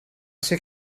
ser